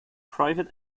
private